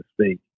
speak